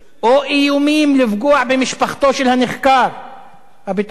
או איומים לפגוע במשפחתו של הנחקר הביטחוני.